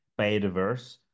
biodiverse